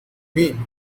mean